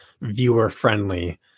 viewer-friendly